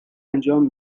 انجام